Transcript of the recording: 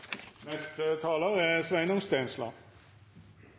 Neste taler er